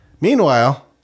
Meanwhile